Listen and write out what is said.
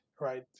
right